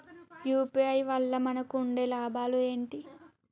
UPI వల్ల మనకు ఉండే లాభాలు ఏంటి?